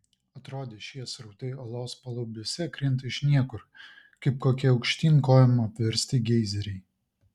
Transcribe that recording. atrodė šie srautai olos palubiuose krinta iš niekur kaip kokie aukštyn kojom apversti geizeriai